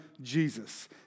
Jesus